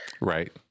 Right